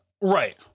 Right